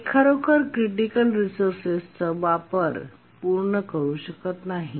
हे खरोखर क्रिटिकल रिसोर्सेसचा त्याचा वापर पूर्ण करू शकत नाही